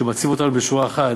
שמציב אותנו בשורה אחת